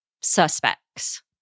suspects